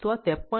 તો આ 73